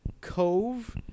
cove